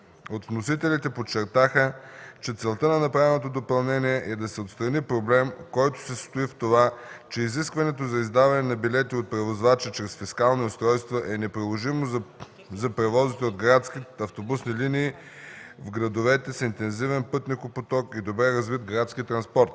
От вносителите подчертаха, че целта на направеното допълнение е да се отстрани проблем, който се състои в това, че изискването за издаване на билети от превозвача чрез фискални устройства е неприложимо за превозите по градски автобусни линии в градовете с интензивен пътникопоток и добре развит градски транспорт.